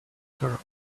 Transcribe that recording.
color